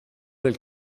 del